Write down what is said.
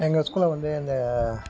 எங்கள் ஸ்கூலில் வந்து அந்த